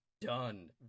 done